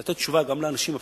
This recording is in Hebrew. לתת תשובה גם לאנשים הפשוטים,